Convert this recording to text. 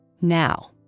Now